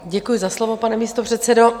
Děkuji za slovo, pane místopředsedo.